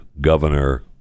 Governor